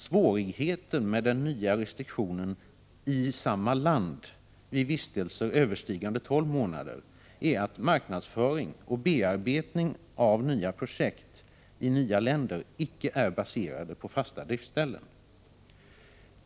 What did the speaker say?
Svårigheten med den nya restriktionen ”i samma land” vid vistelser överstigande 12 månader är att marknadsföring och bearbetning av nya projekt i nya länder icke är baserade på fasta driftsställen.